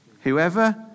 Whoever